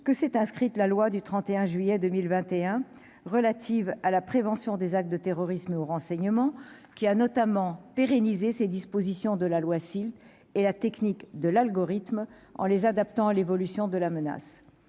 que s'est inscrite la loi du 31 juillet 2021 relative à la prévention des actes de terrorisme et au renseignement qui a notamment pérenniser ces dispositions de la loi Silt et la technique de l'algorithme en les adaptant à l'évolution de la menace